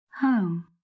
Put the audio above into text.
Home